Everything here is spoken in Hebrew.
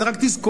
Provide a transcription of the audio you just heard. זה רק תזכורת.